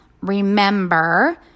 remember